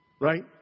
Right